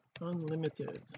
unlimited